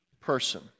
person